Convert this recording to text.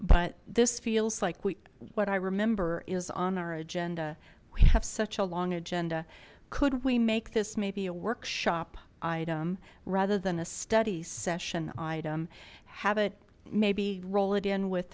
but this feels like we what i remember is on our agenda we have such a long agenda could we make this maybe a workshop item rather than a study session item have it maybe roll it in with